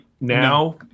now